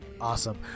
Awesome